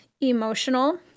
emotional